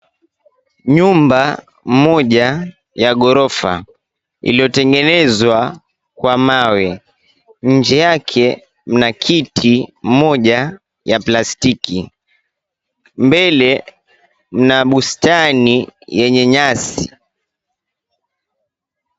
Nyumba moja ya ghorofa iliyotengenezwa kwa mawe nje yake mna kiti moja ya plastiki, mbele mna bustani yenye nyasi.